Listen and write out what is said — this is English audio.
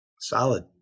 Solid